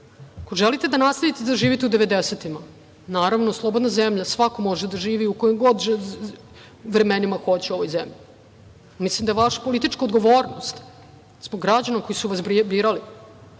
Ako želite da nastavite da živite u devedesetima, naravno, slobodna zemlja, svako može da živi u kojim god vremenima hoće u ovoj zemlji. Mislim da je vaša politička odgovornost zbog građana koji su vas birali